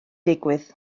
digwydd